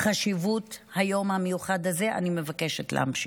חשיבות היום המיוחד הזה אני מבקשת להמשיך.